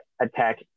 attack